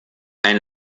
ein